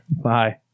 Bye